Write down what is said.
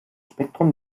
spektrum